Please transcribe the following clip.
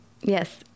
yes